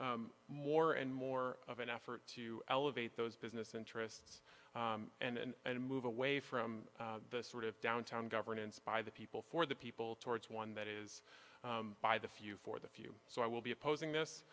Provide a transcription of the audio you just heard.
see more and more of an effort to elevate those business interests and move away from the sort of downtown governance by the people for the people towards one that is by the few for the few so i will be opposing this